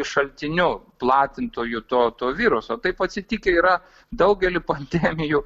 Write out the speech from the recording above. šaltiniu platintojų to to viruso taip atsitikę yra daugeliu pandemijų